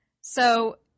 So-